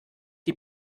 die